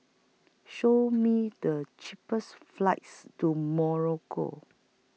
Show Me The cheapest flights to Morocco